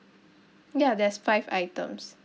ya there's five items